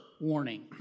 warning